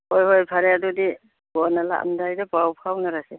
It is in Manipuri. ꯍꯣꯏ ꯍꯣꯏ ꯐꯔꯦ ꯑꯗꯨꯗꯤ ꯀꯣꯟꯅ ꯂꯥꯛꯑꯝꯗꯥꯏꯗ ꯄꯥꯎ ꯐꯥꯎꯅꯔꯁꯤ